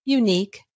unique